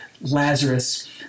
Lazarus